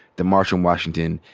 the march on washington.